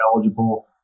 eligible